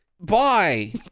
bye